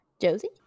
Josie